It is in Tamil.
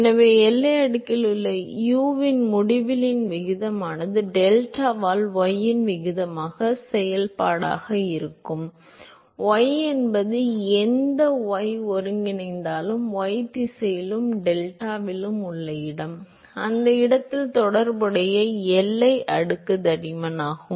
எனவே எல்லை அடுக்கில் உள்ள u இன் முடிவிலியின் விகிதமானது டெல்டாவால் y இன் விகிதத்தின் செயல்பாடாக இருக்கும் y என்பது எந்த y ஒருங்கிணைந்தாலும் y திசையிலும் டெல்டாவிலும் உள்ள இடம் அந்த இடத்தில் தொடர்புடைய எல்லை அடுக்கு தடிமன் ஆகும்